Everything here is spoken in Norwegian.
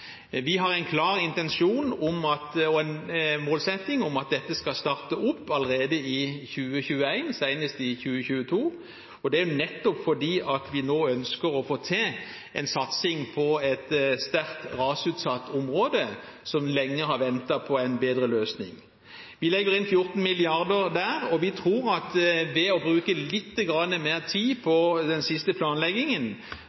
Vi har en klar intensjon om og en målsetting om at dette skal starte opp allerede i 2021, senest i 2022. Det er nettopp fordi vi nå ønsker å få til en satsing på et sterkt rasutsatt område, som lenge har ventet på en bedre løsning. Vi legger inn 14 mrd. kr der, og vi tror at vi ved å bruke lite grann mer tid